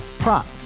Prop